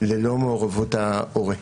ללא מעורבות ההורה,